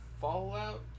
Fallout